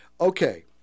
Okay